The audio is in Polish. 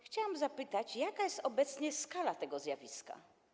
Chciałabym zapytać, jaka jest obecnie skala tego zjawiska.